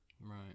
Right